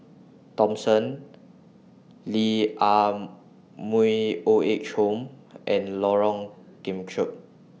Thomson Lee Ah Mooi Old Age Home and Lorong Kemunchup